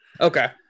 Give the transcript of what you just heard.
okay